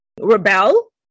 rebel